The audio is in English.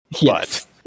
Yes